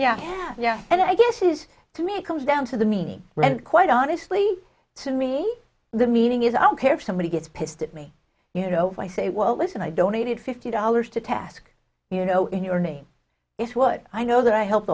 great yeah yeah and i guess is to me it comes down to the meaning right and quite honestly to me the meaning is ok if somebody gets pissed at me you know if i say well listen i donated fifty dollars to task you know in your name it's what i know that i help